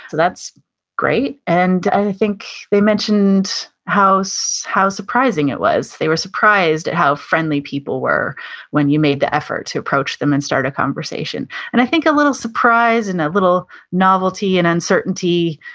that's great. and i think they mentioned how surprising it was. they were surprised at how friendly people were when you made the effort to approach them and start a conversation. and i think a little surprise and a little novelty and uncertainty,